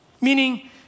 meaning